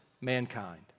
mankind